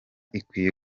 ikwiye